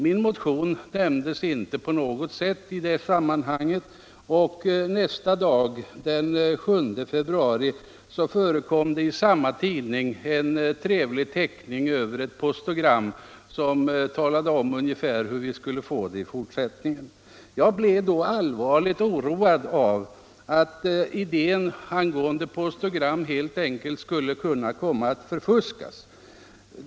Min motion nämndes inte på något sätt i det sammanhanget, och nästa dag, den 7 februari, förekom i samma tidning en trevlig teckning av ett postogram, som talade om ungefär hur vi skulle få det i fortsättningen. Jag blev då allvarligt oroad för att idén om postogram helt enkelt skulle komma att förfuskas.